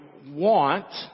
want